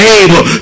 able